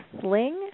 sling